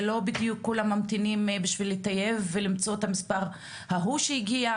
זה לא בדיוק כולם ממתינים בשביל לטייב ולמצוא את המספר ההוא שהגיע,